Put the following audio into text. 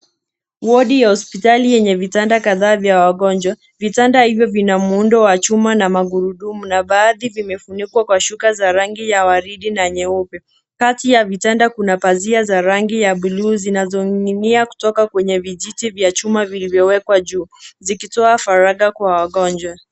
Wodi ya hospitali yenye vitanda kadhaa vya wagonjwa. Vitanda hivyo vina muundo wa chuma na magurudumu na baadhi vimefunikwa kwa shuka za rangi ya waridi na nyeupe. Kati ya vitanda kuna pazia za rangi ya bluu zinazoning'inia kutoka kwenye vijiti vya chuma vilivyowekwa juu, zikitoa faragha kwa wagonjwa.